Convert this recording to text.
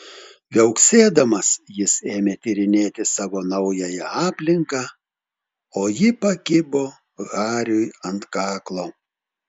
viauksėdamas jis ėmė tyrinėti savo naująją aplinką o ji pakibo hariui ant kaklo